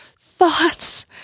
thoughts